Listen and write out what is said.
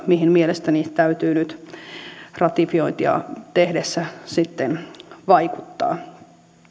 mihin mielestäni täytyy nyt ratifiointia tehdessä sitten vaikuttaa